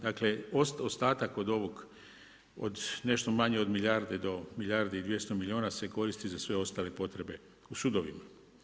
Dakle ostatak od ovog, od nešto manje od milijarde do milijarde i 200 milijuna se koristi za sve ostale potrebe u sudovima.